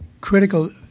critical